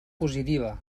positiva